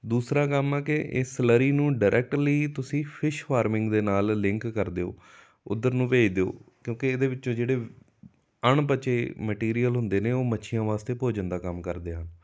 ਦੂਸਰਾ ਕੰਮ ਹੈ ਕਿ ਇਹ ਸਲੈਰੀ ਨੂੰ ਡਾਇਰੈਕਟਲੀ ਤੁਸੀਂ ਫਿਸ਼ ਫਾਰਮਿੰਗ ਦੇ ਨਾਲ ਲਿੰਕ ਕਰ ਦਿਓ ਉੱਧਰ ਨੂੰ ਭੇਜ ਦਿਓ ਕਿਉਂਕਿ ਇਹਦੇ ਵਿੱਚ ਜਿਹੜੇ ਅਣਪਚੇ ਮਟੀਰੀਅਲ ਹੁੰਦੇ ਨੇ ਉਹ ਮੱਛੀਆਂ ਵਾਸਤੇ ਭੋਜਨ ਦਾ ਕੰਮ ਕਰਦੇ ਆ